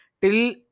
till